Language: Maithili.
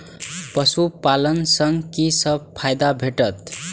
पशु पालन सँ कि सब फायदा भेटत?